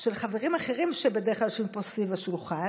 של חברים אחרים שבדרך כלל יושבים פה סביב השולחן,